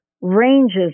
ranges